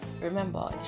remember